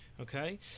Okay